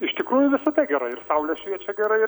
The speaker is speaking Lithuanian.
iš tikrųjų visada gerai ir saulė šviečia gerai ir